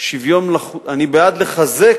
לחזק